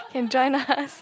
can join us